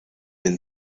been